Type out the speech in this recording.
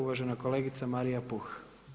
Uvažena kolegica Marija Puh.